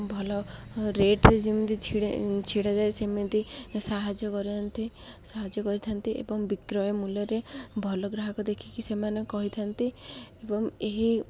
ଭଲ ରେଟ୍ରେ ଯେମିତି ଛିଡ଼ ଛିଡ଼ାଯାଏ ସେମିତି ସାହାଯ୍ୟ କରିନ୍ତି ସାହାଯ୍ୟ କରିଥାନ୍ତି ଏବଂ ବିକ୍ରୟ ମୂଲ୍ୟରେ ଭଲ ଗ୍ରାହକ ଦେଖିକି ସେମାନେ କହିଥାନ୍ତି ଏବଂ ଏହି